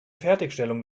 fertigstellung